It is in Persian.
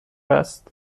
است